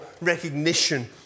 recognition